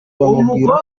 bamubwira